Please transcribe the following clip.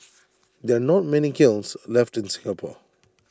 there are not many kilns left in Singapore